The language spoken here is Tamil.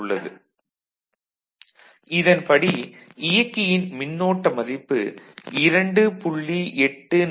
4 ≈ 19 இதன்படி இயக்கியின் மின்னோட்ட மதிப்பு 2